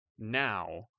now